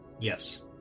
Yes